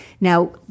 Now